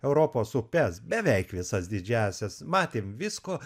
europos upes beveik visas didžiąsias matėm visko